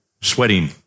sweating